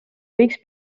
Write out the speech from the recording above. võiks